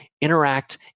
interact